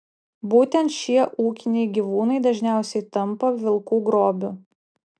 būtent šie ūkiniai gyvūnai dažniausiai tampa vilkų grobiu